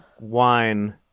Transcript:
wine